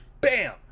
bam